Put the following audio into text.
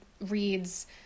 reads